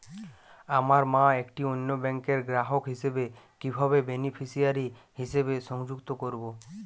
আমার মা একটি অন্য ব্যাংকের গ্রাহক হিসেবে কীভাবে বেনিফিসিয়ারি হিসেবে সংযুক্ত করব?